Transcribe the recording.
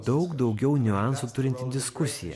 daug daugiau niuansų turinti diskusija